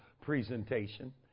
presentation